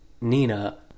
Nina